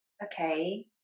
Okay